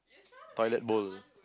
toilet bowl